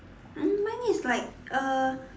mine is like uh